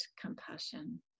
compassion